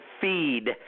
feed